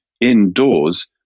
indoors